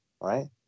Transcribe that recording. right